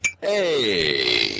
Hey